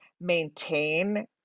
maintain